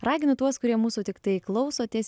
ragina tuos kurie mūsų tiktai klausotės